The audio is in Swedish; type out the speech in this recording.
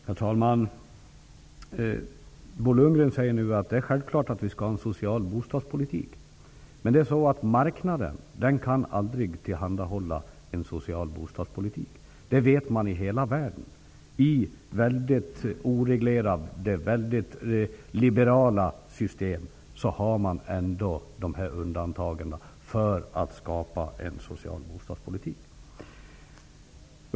Herr talman! Bo Lundgren säger att vi självfallet skall ha en social bostadspolitik. Men marknaden kan aldrig tillhandahålla en social bostadspolitik. Det vet man i hela världen. I mycket oreglerade, liberala system har man infört undantag för att kunna skapa en social bostadspolitik.